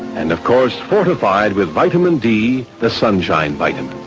and of course fortified with vitamin d, the sunshine vitamin.